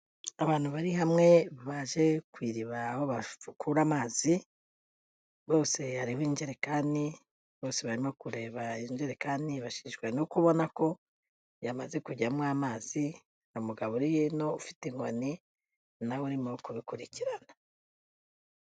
Abantu bari hamwe baje ku iriba aho bakura amazi, hariho ingerekani, bose barimo kureba injerekani bashimishijwe no kubona ko yamaze kujyamo amazi, umugabo uri hino ufite inkoni nawe arimo kubikurikirana.